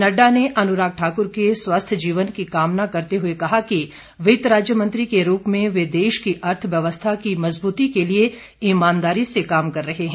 नड्डा ने अनुराग ठाकुर के स्वस्थ जीवन की कामना करते हुए कहा कि वित्त राज्य मंत्री के रूप में वे देश की अर्थव्यवस्था की मजबूती के लिए ईमानदारी से काम कर रहे हैं